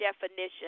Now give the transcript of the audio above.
definition